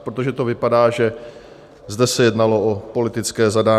Protože to vypadá, že zde se jednalo o politické zadání.